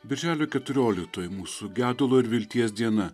birželio keturioliktoji mūsų gedulo ir vilties diena